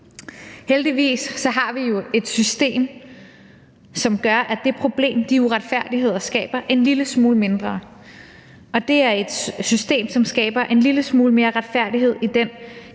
Heldigvis har vi jo et system, som gør, at det problem, de uretfærdigheder skaber, er en lille smule mindre, og det er et system, som skaber en lille smule mere retfærdighed i den